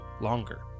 longer